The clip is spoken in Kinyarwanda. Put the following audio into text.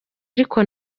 ariko